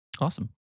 Awesome